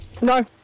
No